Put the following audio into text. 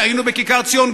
כשהיינו בכיכר-ציון,